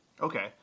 Okay